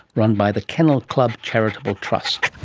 run by the kennel club charitable trust